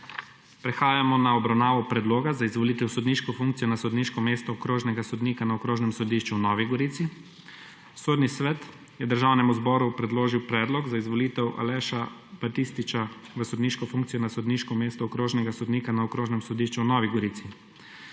Prehajamo na obravnavo predloga za izvolitev na sodniško funkcijo na sodniško mesto okrožnega sodnika na okrožnem sodišču v Novi Gorici. Sodni svet je Državnemu zboru predložil predlog za izvolitev Aleša Batističa na sodniško funkcijo na sodniško mesto okrožnega sodnika na Okrožnem sodišču v Novi Gorici.